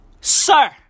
sir